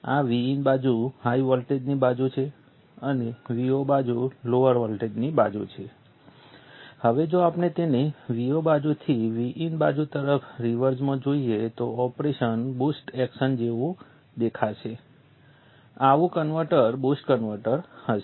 આ Vin બાજુ high વોલ્ટેજની બાજુ છે અને Vo બાજુ લોઅર વોલ્ટેજની બાજુ છે હવે જો આપણે તેને Vo બાજુથી Vin બાજુ તરફ રિવર્સમાં જોઇએ તો ઓપરેશન બુસ્ટ એક્શન જેવું દેખાશે આવું કન્વર્ટર બૂસ્ટ કન્વર્ટર હશે